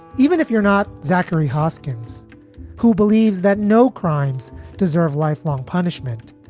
even if you're not zachary hoskins who believes that no crimes deserve lifelong punishment.